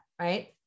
right